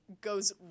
goes